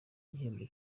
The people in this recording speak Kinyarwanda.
igihembo